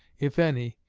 if any,